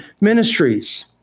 ministries